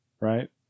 right